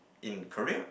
in career